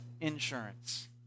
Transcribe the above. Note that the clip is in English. insurance